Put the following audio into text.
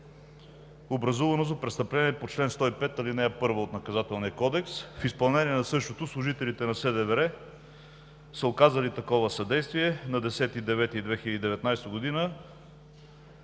образувано за престъпление по чл. 105, ал. 1 от Наказателния кодекс. В изпълнение на същото служителите на СДВР са оказали такова съдействие на 10.09.2019 г. на